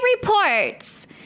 reports